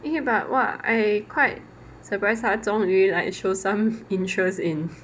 eh but !wah! I quite surprise 她终于 like show some interest in